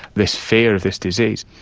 this fear of this disease.